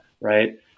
Right